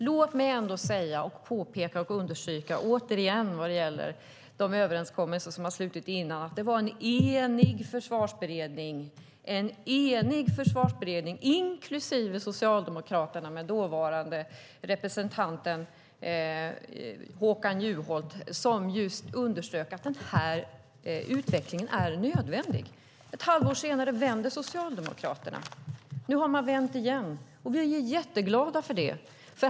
Låt mig ändå säga, påpeka och understryka återigen vad gäller de överenskommelser som har slutits tidigare att det vare en enig försvarsberedning, inklusive Socialdemokraterna med dåvarande representanten Håkan Juholt, som underströk att denna utveckling är nödvändig. Ett halvår senare vänder Socialdemokraterna. Nu har man vänt igen, och vi är jätteglada för det.